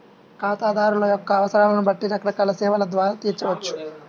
ఖాతాదారుల యొక్క అవసరాలను బట్టి రకరకాల సేవల ద్వారా తీర్చవచ్చు